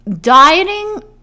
dieting